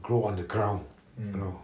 grow on the ground you know